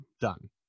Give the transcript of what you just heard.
Done